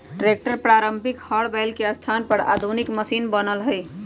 tractor पारम्परिक हर बैल के स्थान पर आधुनिक मशिन बनल हई